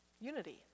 unity